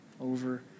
over